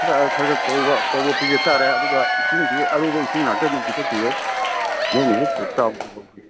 ꯈꯔ ꯈꯔ ꯈꯔ ꯄꯧꯕ ꯑꯄꯧꯕ ꯄꯤꯖꯕ ꯇꯥꯔꯦ ꯑꯗꯨꯒ ꯏꯁꯤꯡꯗꯤ ꯑꯔꯨꯕ ꯏꯁꯤꯡ ꯉꯥꯛꯇ ꯑꯗꯨꯝ ꯄꯤꯊꯛꯄꯤꯎ ꯃꯣꯏꯅ ꯍꯦꯛ ꯆꯥꯎꯗ꯭ꯔꯤ ꯐꯥꯎꯗꯤ